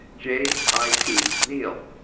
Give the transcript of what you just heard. j. i. p. neal,